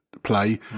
play